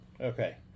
Okay